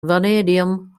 vanadium